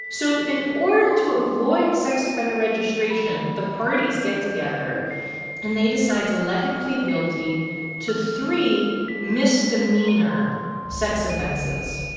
so in order to avoid sex offender registration, the parties get together and they decide to let him plead guilty to three misdemeanor sex offenses.